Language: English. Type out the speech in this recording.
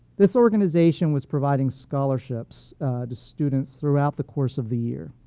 this organization was providing scholarships to students throughout the course of the year.